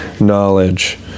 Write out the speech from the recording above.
knowledge